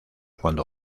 cuando